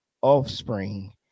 offspring